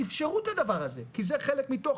אפשרו את הדבר הזה כי זה חלק מתוך